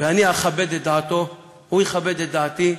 ואני אכבד את דעתו, הוא יכבד את דעתי,